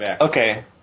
Okay